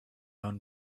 own